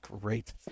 great